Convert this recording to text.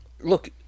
look